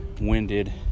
winded